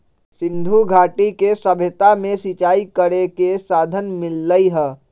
सिंधुघाटी के सभ्यता में सिंचाई करे के साधन मिललई ह